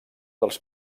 dels